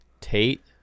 Tate